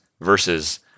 versus